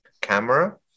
camera